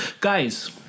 Guys